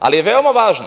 Ali, veoma je važno